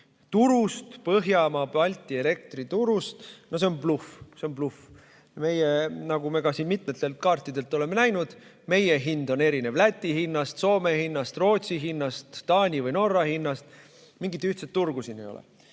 elektriturust, Põhjamaade-Balti elektriturust. No see on bluff. See on bluff! Nagu me siin mitmetelt kaartidelt oleme näinud, meie hind on erinev Läti hinnast, Soome hinnast, Rootsi hinnast, Taani või Norra hinnast. Mingit ühtset turgu siin ei ole.